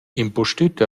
impustüt